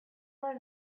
are